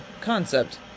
concept